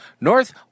North